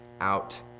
out